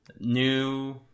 new